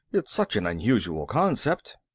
it's such an unusual concept.